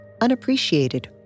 unappreciated